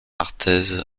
arthez